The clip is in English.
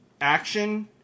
action